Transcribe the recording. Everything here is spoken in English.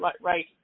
right